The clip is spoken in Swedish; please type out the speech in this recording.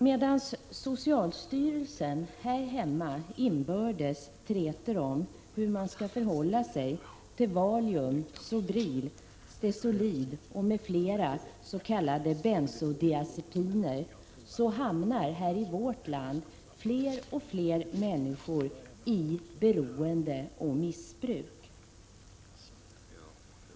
Medan socialstyrelsen här hemma inbördes träter om hur man skall förhålla sig till Valium, Sobril, Stesolid m.fl. s.k. bensodiazepiner hamnar allt fler människor i vårt land i beroende och missbruk.